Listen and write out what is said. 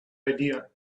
idea